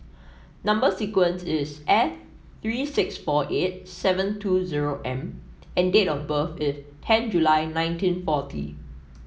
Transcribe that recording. number sequence is S three six four eight seven two zero M and date of birth is ten July nineteen forty